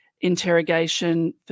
interrogation